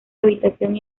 habitación